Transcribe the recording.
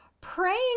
praying